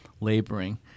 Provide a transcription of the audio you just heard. laboring